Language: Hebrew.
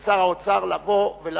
ואני מזמין את שר האוצר לבוא ולעלות,